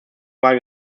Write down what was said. wagen